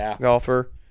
golfer